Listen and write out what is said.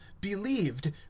believed